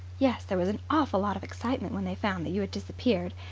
yes, there was an awful lot of excitement when they found that you had disappeared.